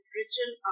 richen